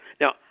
Now